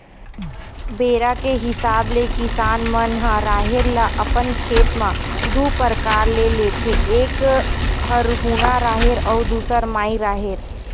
बेरा के हिसाब ले किसान मन ह राहेर ल अपन खेत म दू परकार ले लेथे एक हरहुना राहेर अउ दूसर माई राहेर